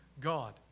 God